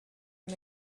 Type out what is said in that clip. and